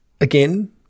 again